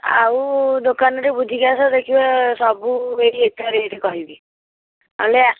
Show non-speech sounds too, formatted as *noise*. ଆଉ ଦୋକାନରୁ ବୁଝିକି ଆସ ଦେଖିବ ସବୁ ଏଇ ଏକା ରେଟ୍ କହିବେ *unintelligible*